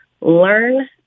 learn